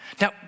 Now